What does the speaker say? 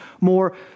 more